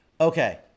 Okay